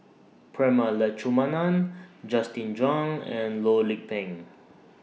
Prema Letchumanan Justin Zhuang and Loh Lik Peng